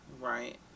right